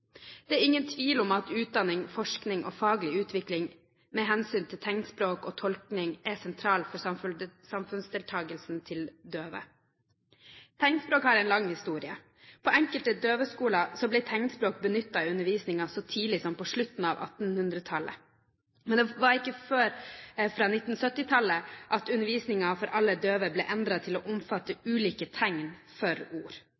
Det er ingen tvil om at utdanning, forskning og faglig utvikling med hensyn til tegnspråk og tolkning er sentralt for samfunnsdeltakelsen til døve. Tegnspråk har en lang historie. På enkelte døveskoler ble tegnspråk benyttet i undervisningen så tidlig som på slutten av 1800-tallet. Men det var ikke før fra 1970-tallet at undervisningen for alle døve ble endret til å omfatte ulike tegn for ord.